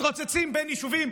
מתרוצצים בין יישובים,